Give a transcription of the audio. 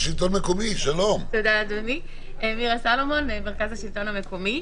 מירה סלומון, מרכז השלטון המקומי.